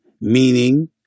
meaning